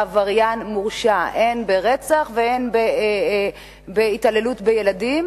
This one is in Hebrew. עבריין מורשע הן ברצח והן בהתעללות בילדים,